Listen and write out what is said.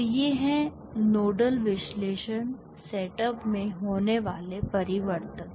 तो ये हैं नोडल विश्लेषण सेटअप में होने वाले परिवर्तन